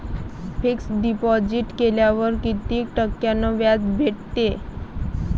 Fix deposit केल्यावर कितीक टक्क्यान व्याज भेटते?